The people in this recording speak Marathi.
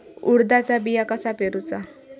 उडदाचा बिया कसा पेरूचा?